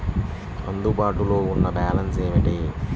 అందుబాటులో ఉన్న బ్యాలన్స్ ఏమిటీ?